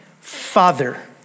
Father